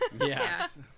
Yes